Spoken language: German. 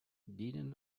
dienen